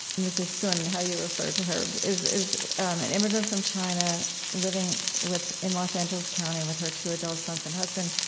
mrs. sun, how you refer to her, is is an immigrant from china, living in los angeles county with her two adult sons and husband.